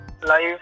life